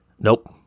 Nope